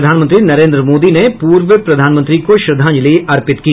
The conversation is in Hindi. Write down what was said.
प्रधानमंत्री नरेन्द्र मोदी ने पूर्व प्रधानमंत्री को श्रद्धांजलि अर्पित की